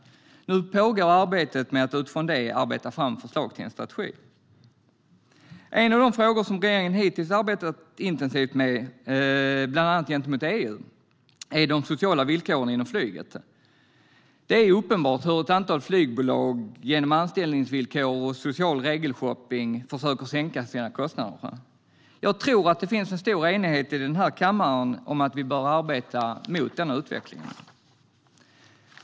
Nu pågår arbetet med att utifrån det arbeta fram förslag till en strategi. En av de frågor som regeringen hittills arbetat intensivt med, bland annat gentemot EU, är de sociala villkoren inom flyget. Det är uppenbart hur ett antal flygbolag genom anställningsvillkor och social regelshopping försöker sänka sina kostnader. Jag tror att det finns en stor enighet i kammaren om att vi bör arbeta mot den utvecklingen.